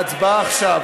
ההצבעה עכשיו.